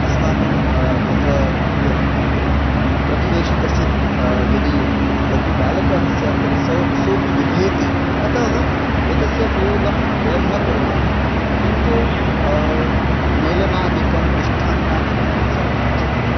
अस्माकं तत्र प्रतिवेशी कश्चित् यदि लघुबालकः स्यात् तर्हि सो सोऽपि बिभेति अतः एतस्य प्रयोगं वयं न कुर्मः किन्तु मेलनादिकं मिष्टान्नादिकं तत् सर्वम् आचर्यते